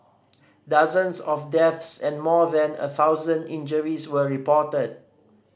dozens of deaths and more than a thousand injuries were reported